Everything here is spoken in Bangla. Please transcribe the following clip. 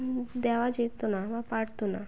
দেওয়া যেত না বা পারতো না